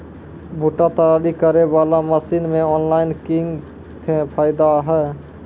भुट्टा तैयारी करें बाला मसीन मे ऑनलाइन किंग थे फायदा हे?